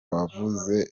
wavuze